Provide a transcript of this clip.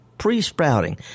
Pre-sprouting